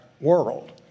world